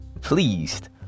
pleased